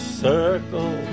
circle